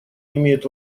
имеют